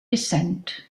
descent